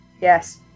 Yes